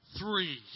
three